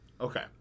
Okay